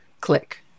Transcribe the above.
click